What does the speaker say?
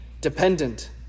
dependent